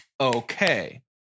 Okay